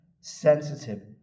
sensitive